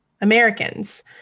Americans